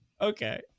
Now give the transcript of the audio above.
Okay